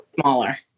Smaller